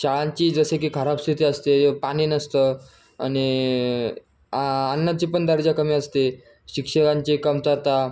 शाळांची जसे की खराब स्थिती असते पाणी नसतं आणि आ अन्नाची पण दर्जा कमी असते शिक्षकांची कमतरता